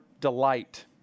delight